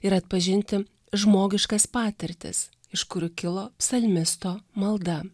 ir atpažinti žmogiškas patirtis iš kurių kilo psalmisto malda